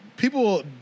People